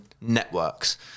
networks